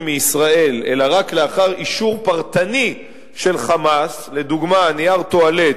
מישראל אלא רק לאחר אישור פרטני של "חמאס" לדוגמה: נייר טואלט,